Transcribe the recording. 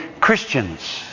Christians